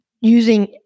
using